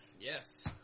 Yes